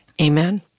Amen